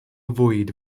fwyd